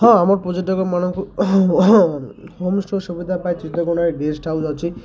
ହଁ ଆମ ପର୍ଯ୍ୟଟକମାନଙ୍କୁ ସୁବିଧା ପାଇଛି ଚିତ୍ରକୋଣାରେ ଗେଷ୍ଟ ହାଉସ୍ ଅଛି